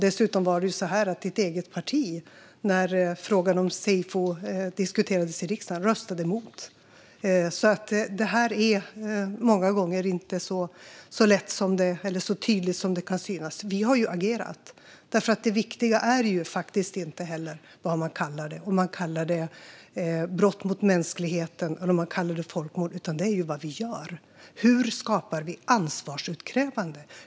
Dessutom röstade ditt eget parti emot, Lars Adaktusson, när frågan om seyfo diskuterades i riksdagen. Det här är alltså inte så tydligt som det många gånger kan se ut. Vi har agerat. Det viktiga är faktiskt inte vad man kallar det, om man kallar det brott mot mänskligheten eller om man kallar det folkmord. Det viktiga är vad vi gör. Hur skapar vi ansvarsutkrävande?